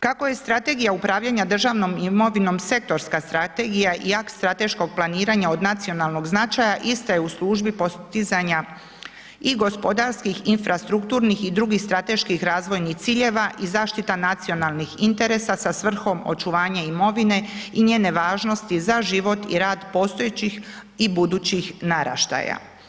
Kako je strategija upravljanja državnom imovinom sektorska strategija i akt strateškog planiranja od nacionalnog značaja ista je u službi postizanja i gospodarskih infrastrukturnih i drugih strateških razvojnih ciljeva i zaštita nacionalnih interesa sa svrhom očuvanja imovine i njene važnosti za život i rad postojećih i budućih naraštaja.